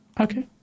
Okay